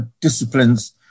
disciplines